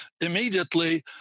immediately